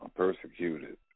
persecuted